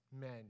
men